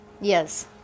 Yes